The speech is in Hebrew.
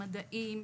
מדעים.